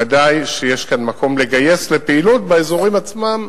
ודאי שיש כאן מקום לגייס לפעילות באזורים עצמם,